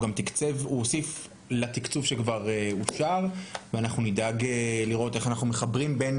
הוא גם הוסיף לתקצוב שכבר אושר ואנחנו נדאג לראות איך אנחנו מחברים בין